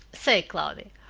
say, cloudy,